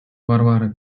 варвара